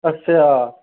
ਅੱਛਾ